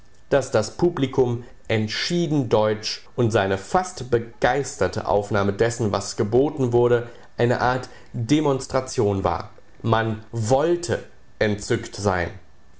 daß das publikum entschieden deutsch und seine fast begeisterte aufnahme dessen was geboten wurde eine art demonstration war man wollte entzückt sein